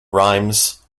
reims